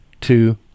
two